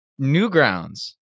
Newgrounds